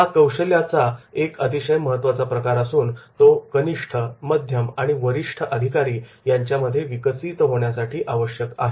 हा कौशल्याचा एक अतिशय महत्वाचा प्रकार असून तो कनिष्ठ मध्यम आणि वरिष्ठ अधिकारी यांच्यामध्ये विकसित होण्यासाठी आवश्यक आहे